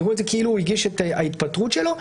יראו את זה כאילו הוא הגיש את ההתפטרות שלו.